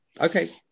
Okay